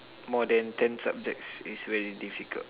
more than ten subjects is very difficult